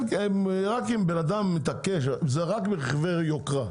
רק אם בן אדם מתעקש וזה רק ברכבי יוקרה,